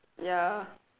ya